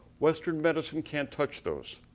western medicine can't touch those.